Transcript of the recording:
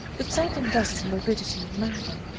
that seldom does his morbidity madden,